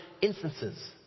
instances